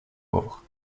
pauvres